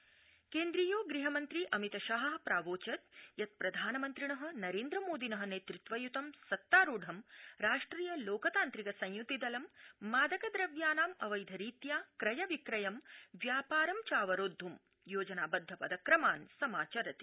अमित शाह केन्द्रीयो गृहमन्त्री अमितशाह प्रावोचत् यत् प्रधानमन्त्रिण नरेन्द्रमोदिन नेतृत्वयुतं सत्तारूढं राष्ट्रिय लोकतान्त्रिक संयुति दलं मादक द्रव्यानां अवैधरीत्या क्रय विक्रयं व्यापारं चावरोद्धुं योजनाबद्ध पदक्रमान् समाचरति